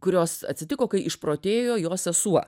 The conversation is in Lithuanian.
kurios atsitiko kai išprotėjo jo sesuo